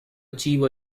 achieve